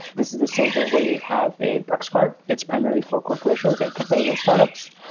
this is the same thing where you have a brex card. it's primarily for corporations and companies and startups.